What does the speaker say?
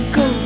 go